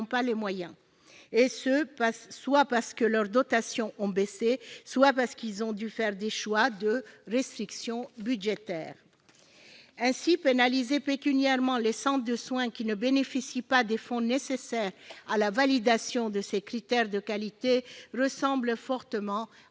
pas les moyens, soit que leurs dotations aient baissé, soit qu'ils aient dû faire des choix de restrictions budgétaires. Ainsi, pénaliser pécuniairement les centres de soins qui ne bénéficient pas des fonds nécessaires à la validation de ces critères de qualité ressemble fortement à